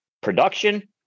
production